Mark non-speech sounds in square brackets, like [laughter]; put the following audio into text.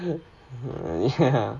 [laughs] ah ya